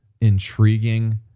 intriguing